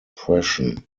expression